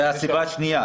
זאת הסיבה השנייה.